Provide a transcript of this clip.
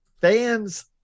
Fans